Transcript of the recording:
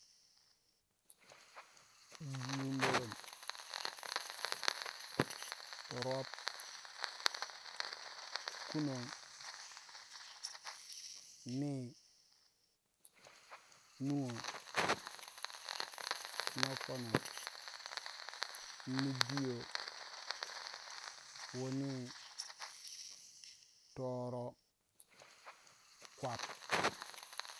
Duiburum, rob, kunon, nii, nuwo, nokono, nibiyo, wuni, toro, kwap.